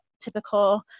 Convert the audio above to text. typical